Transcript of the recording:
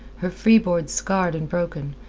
her freeboard scarred and broken,